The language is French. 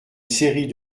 série